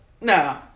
No